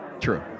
true